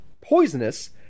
poisonous